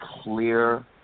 clear